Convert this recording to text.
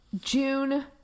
june